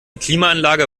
klimaanlage